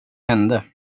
hände